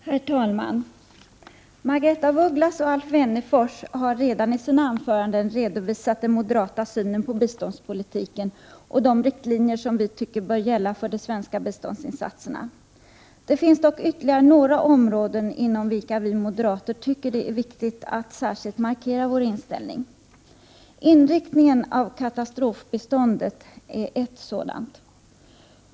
Herr talman! Margaretha af Ugglas och Alf Wennerfors har i sina anföranden redan redovisat den moderata synen på biståndspolitiken och de riktlinjer som vi tycker bör gälla för de svenska biståndsinsatserna. Det finns dock ytterligare några områden inom vilka vi moderater tycker att det är viktigt att särskilt markera vår inställning. Inriktningen av katastrofbiståndet är ett sådant.